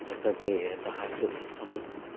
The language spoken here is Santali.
ᱡᱷᱚᱛᱚ ᱜᱮ ᱞᱟᱦᱟ ᱦᱤᱡᱩᱜ ᱦᱩᱭᱩᱜ ᱛᱟᱵᱚᱱᱟ